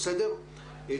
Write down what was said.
תודה.